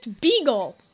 beagle